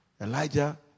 Elijah